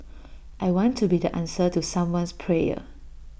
I want to be the answer to someone's prayer